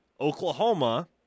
Oklahoma